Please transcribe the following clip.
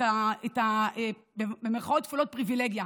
את ה"פריבילגיה".